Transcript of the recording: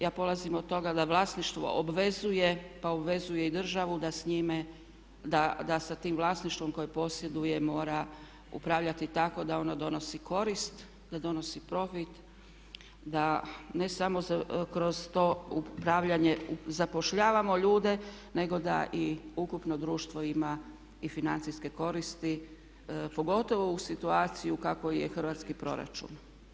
Ja polazim od toga da vlasništvo obvezuje, pa obvezuje i državu da s njime, da sa tim vlasništvom koje posjeduje mora upravljati tako da ono donosi korist, da donosi profit, da ne samo kroz to upravljanje zapošljavamo ljude, nego da i ukupno društvo ima i financijske koristi pogotovo u situaciji u kakvoj je hrvatski proračun.